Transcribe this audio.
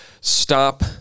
stop